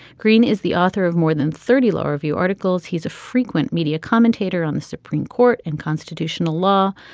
green is the author of more than thirty law review articles he's a frequent media commentator on the supreme court and constitutional law.